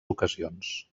ocasions